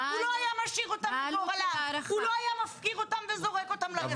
הוא לא היה משאיר אותן --- הוא לא היה מפקיר אותן וזורק אותן לרחוב.